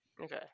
okay